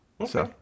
Okay